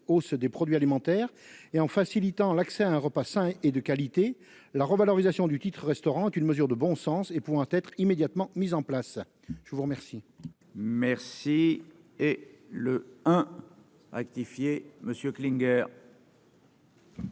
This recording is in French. hausse des produits alimentaires et en facilitant l'accès à un repas sains et de qualité, la revalorisation du titre-restaurant est une mesure de bon sens et pointe être immédiatement mises en place, je vous remercie. Merci et. Le un actif lui et